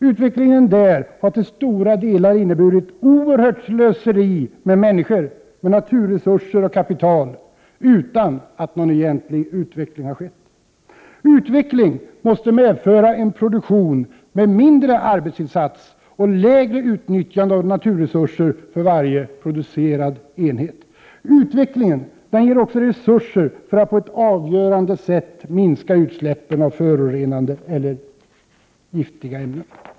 Utvecklingen där har till stora delar inneburit ett oerhört slöseri med människor, naturresurser och kapital, utan att någon egentlig utveckling skett. Utveckling måste medföra en produktion med mindre arbetsinsats och lägre utnyttjande av naturresurser för varje producerad enhet. Utvecklingen ger också resurser för att på ett avgörande sätt minska utsläppen av förorenande eller giftiga ämnen.